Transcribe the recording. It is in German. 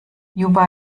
juba